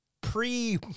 pre